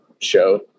show